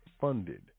funded